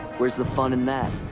where's the fun in that?